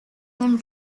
them